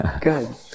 Good